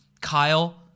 Kyle